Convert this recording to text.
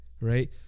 right